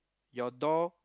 your door